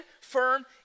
firm